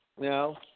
now